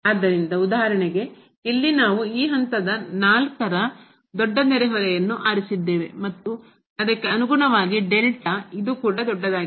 ಆದ್ದರಿಂದ ಉದಾಹರಣೆಗೆ ಇಲ್ಲಿ ನಾವು ಈ ಹಂತದ 4 ರ ದೊಡ್ಡ ನೆರೆಹೊರೆಯನ್ನು ಆರಿಸಿದ್ದೇವೆ ಮತ್ತು ಅದಕ್ಕೆ ಅನುಗುಣವಾಗಿ ಇದು ಕೂಡ ದೊಡ್ಡದಾಗಿದೆ